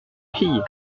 fille